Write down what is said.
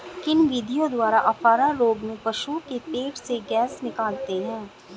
किन विधियों द्वारा अफारा रोग में पशुओं के पेट से गैस निकालते हैं?